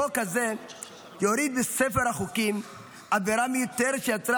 החוק הזה יוריד מספר החוקים עבירה מיותרת שיצרה